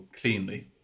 cleanly